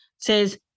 says